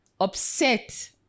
upset